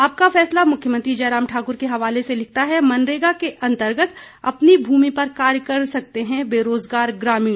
आपका फैसला मुख्यमंत्री जयराम ठाकुर के हवाले से लिखता है मनरेगा के अंतर्गत अपनी भूमि पर कार्य कर सकते हैं बेरोजगार ग्रामीण